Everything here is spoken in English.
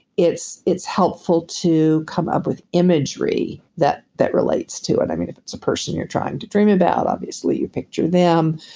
it's it's helpful to come up with imagery that that relates to it. i mean, if it's a person that you're trying to dream about, obviously you picture them.